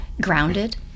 grounded